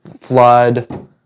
flood